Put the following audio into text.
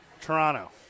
Toronto